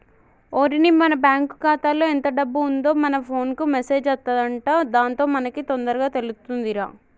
ఓరిని మన బ్యాంకు ఖాతాలో ఎంత డబ్బు ఉందో మన ఫోన్ కు మెసేజ్ అత్తదంట దాంతో మనకి తొందరగా తెలుతుందిరా